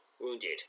Wounded